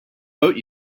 boat